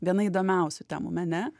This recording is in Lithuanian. viena įdomiausių temų mene